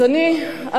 אדוני,